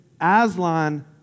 Aslan